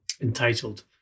entitled